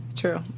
true